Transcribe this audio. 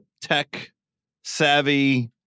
tech-savvy